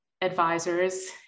advisors